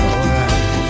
Alright